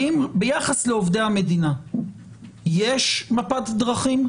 האם ביחס לעובדי המדינה יש מפת דרכים?